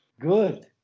Good